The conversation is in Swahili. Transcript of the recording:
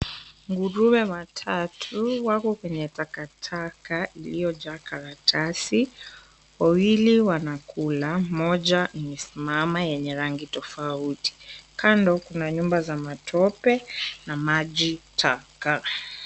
Nguruwe watatu wako kwenye takataka iliyojaa karatasi. Wawili wanakula, mmoja amesimama yenye rangi tofauti. Kando, kuna nyumba za matope na majitaka.